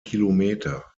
kilometer